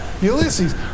Ulysses